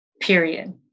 period